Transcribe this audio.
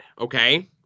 Okay